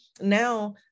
now